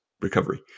recovery